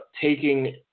taking